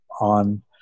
on